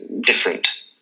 different